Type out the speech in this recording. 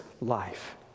life